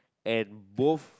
and both